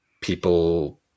people